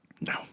No